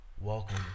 Welcome